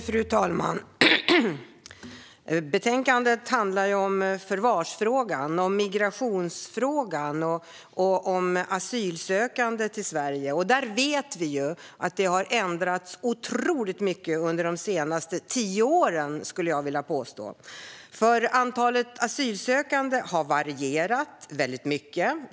Fru talman! Betänkandet handlar om förvarsfrågan, migrationsfrågan och om asylsökande till Sverige. Där vet vi att det har förändrats otroligt mycket under de senaste tio åren, skulle jag vilja påstå. Antalet asylsökande har varierat väldigt mycket.